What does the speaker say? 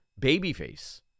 babyface